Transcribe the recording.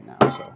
now